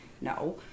no